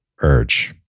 urge